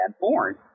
born